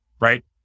right